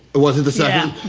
was it the second?